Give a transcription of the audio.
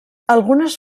algunes